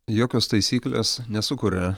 jokios taisyklės nesukuria